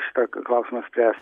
šitą klausimą spręs